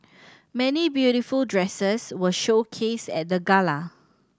many beautiful dresses were showcased at the gala